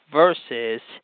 versus